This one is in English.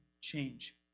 change